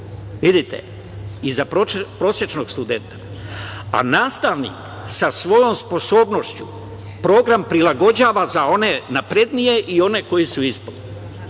vidite, i za prosečnog studenta, a nastavnik sa svojom sposobnošću program prilagođava za one naprednije i one koji su ispod.